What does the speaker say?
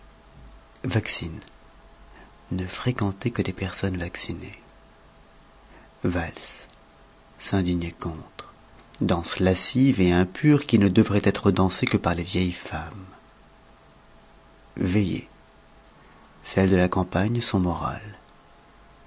vaccine ne fréquenter que des personnes vaccinées valse s'indigner contre danse lascive et impure qui ne devrait être dansée que par les vieilles femmes veillées celles de la campagne sont morales